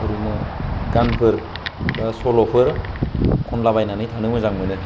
ओरैनो गानफोर बा सल'फोर खनलाबायनानै थानो मोजां मोनो